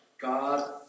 God